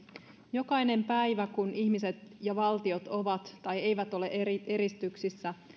jokainen päivä kun ihmiset ja valtiot ovat tai eivät ole eristyksissä